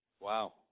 Wow